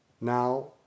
Now